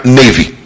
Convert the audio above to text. navy